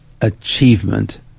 Achievement